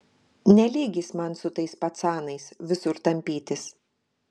ne lygis man su tais pacanais visur tampytis